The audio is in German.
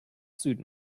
süden